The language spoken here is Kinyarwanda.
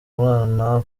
mwana